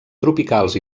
tropicals